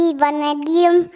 vanadium